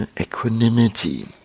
equanimity